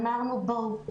ואמרנו: בואו.